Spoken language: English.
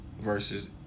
versus